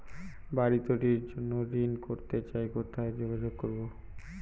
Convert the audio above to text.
বাড়ি তৈরির জন্য ঋণ করতে চাই কোথায় যোগাযোগ করবো?